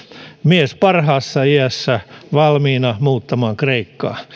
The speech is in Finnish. mies parhaassa iässä valmiina muuttamaan kreikkaan